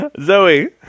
Zoe